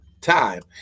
time